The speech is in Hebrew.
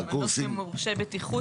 קורסים של מורשי בטיחות,